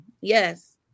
Yes